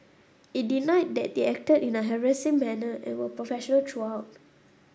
it denied that they acted in a harassing manner and were professional throughout